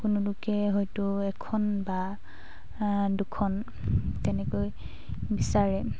কোনো লোকে হয়তো এখন বা দুখন তেনেকৈ বিচাৰে